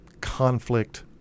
conflict